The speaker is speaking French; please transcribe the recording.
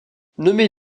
nommé